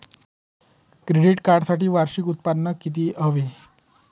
Credit कार्डसाठी वार्षिक उत्त्पन्न किती हवे?